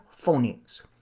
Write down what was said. phonemes